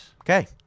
Okay